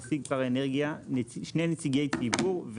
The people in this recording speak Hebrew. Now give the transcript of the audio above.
נציג שר האנרגיה שני נציגי ציבור,